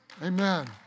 Amen